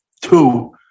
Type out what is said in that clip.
two